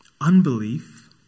unbelief